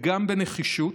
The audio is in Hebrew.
וגם בנחישות,